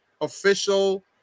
official